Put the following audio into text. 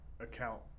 Account